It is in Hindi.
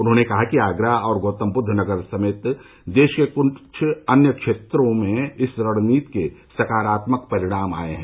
उन्होंने कहा कि आगरा और गौतमबुद्ध नगर समेत देश के कुछ अन्य क्षेत्रों में इस रणनीति के सकारात्मक परिणाम आये हैं